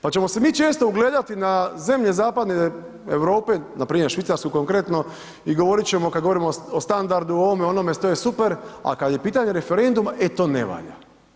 Pa ćemo mi se često ugledati na zemlje zapadne Europe npr. Švicarsku konkretno i govorit ćemo kad govorimo o standardu ovome, onome to je super, a kad je pitanje referenduma to ne valja.